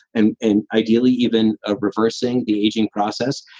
and and ideally even ah reversing the aging process.